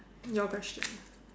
your question